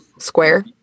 square